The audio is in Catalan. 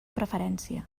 preferència